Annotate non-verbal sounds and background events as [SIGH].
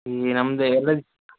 ಈ ನಮ್ಮದು [UNINTELLIGIBLE]